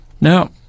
Now